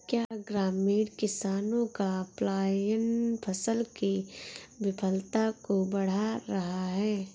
क्या ग्रामीण किसानों का पलायन फसल की विफलता को बढ़ा रहा है?